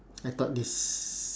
I thought this